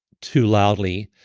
too loudly,